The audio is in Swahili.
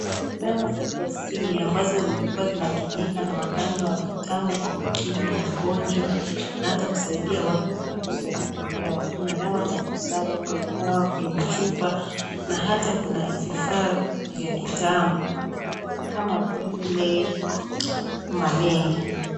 Dawa za kiasili ambazo zilikua zinatumika na waganga wa kitambo kutibu magonjwa na ata kusaidia watu kuitafuta vitiu vyao. Kuna dawa za kusaga, kiuna dawa kwenye chupa. Na ata kuna vifaa vya kitambo kama vile malenge.